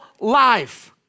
life